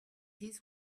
his